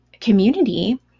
community